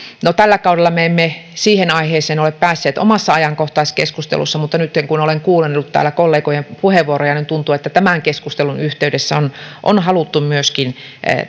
no tällä kaudella me emme siihen aiheeseen ole päässeet omassa ajankohtaiskeskustelussa mutta nytten kun olen kuunnellut täällä kollegojen puheenvuoroja tuntuu että tämän keskustelun yhteydessä on on haluttu myöskin